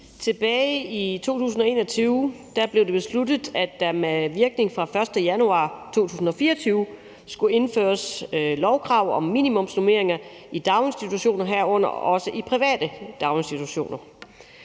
Tilbage i 2021 blev det besluttet, at der med virkning fra den 1. januar 2024 skulle indføres lovkrav om minimumsnormeringer i daginstitutioner, herunder også i private daginstitutioner.